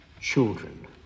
children